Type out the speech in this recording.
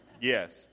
Yes